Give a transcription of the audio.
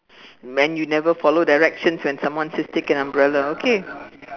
when you never follow directions when someone says take an umbrella okay